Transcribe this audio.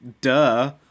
duh